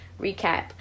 recap